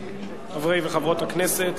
חברי וחברות הכנסת,